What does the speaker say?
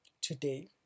today